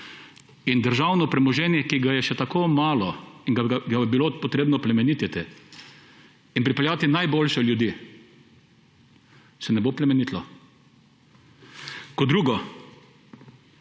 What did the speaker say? In državno premoženje, ki ga je še tako malo in bi ga bilo treba plemenititi in pripeljati najboljše ljudi, se ne bo plemenitilo. Kot drugo,